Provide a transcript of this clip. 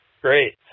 Great